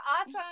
awesome